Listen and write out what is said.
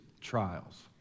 trials